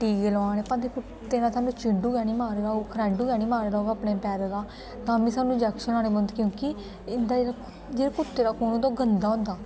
टीके लुआने भला कुत्ते ने थुआनू चिडू गै नी मारे दा होग नेखरु गै नी की नेई मारे दा होग अपने पेरे दा तां बी सानू इंजेक्शन लाने पौंदे क्योंकि इंदा जेहड़ा कुत्ते दा खून होंदा गंदा होंदा